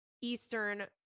Eastern